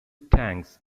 tanks